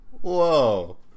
Whoa